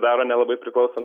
daro nelabai priklausant